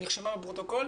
היא נרשמה בפרוטוקול,